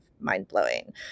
mind-blowing